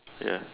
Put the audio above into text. ya